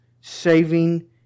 saving